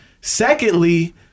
Secondly